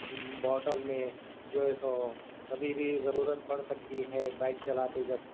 bottle میں جو ہے سو کبھی بھی ضرورت پڑ سکتی ہے بائک چلاتے جب